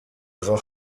ihrer